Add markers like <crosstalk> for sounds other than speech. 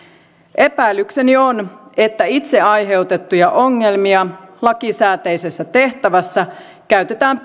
epäilykseni on että itse aiheutettuja ongelmia lakisääteisessä tehtävässä käytetään <unintelligible>